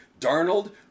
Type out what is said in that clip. Darnold